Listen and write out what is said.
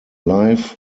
life